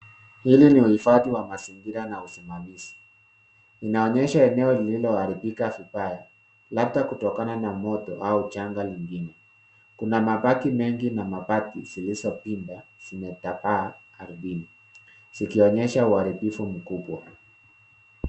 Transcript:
Hili ni uhifadhi wa mazingira na usimamizi. Inaonyesha eneo lililoharibika vibaya, labda kutokana na moto au janga lingine. Kuna mabaki mengi na mabati zilizopinda, zimetapaa ardhini, zikionyesha uharibifu mkubwa.